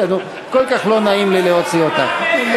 כל כך לא נעים לי להוציא אותך.